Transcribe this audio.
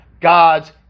God's